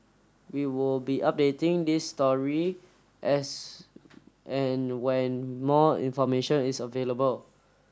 we will be updating this story as and when more information is available